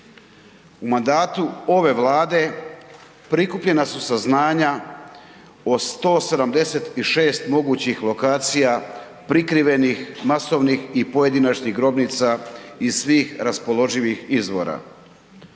U mandatu ove Vlade prikupljena su saznanja o 176 mogućih lokacija prikrivenih masovnih i pojedinačnih grobnica iz svih raspoloživih izvora.